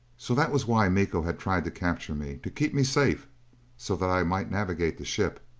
so that was why miko had tried to capture me? to keep me safe so that i might navigate the ship.